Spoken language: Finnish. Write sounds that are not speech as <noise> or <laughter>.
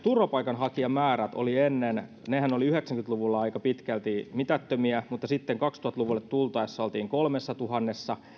<unintelligible> turvapaikanhakijamäärät olivat ennen yhdeksänkymmentä luvulla aika pitkälti mitättömiä mutta sitten kaksituhatta luvulle tultaessa oltiin kolmessatuhannessa